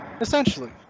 Essentially